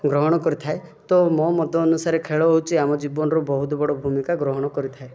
ଗ୍ରହଣ କରିଥାଏ ତ ମୋ ମତ ଅନୁସାରେ ଖେଳ ହେଉଛି ଆମ ଜୀବନର ବହୁତ ବଡ଼ ଭୂମିକା ଗ୍ରହଣ କରିଥାଏ